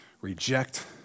reject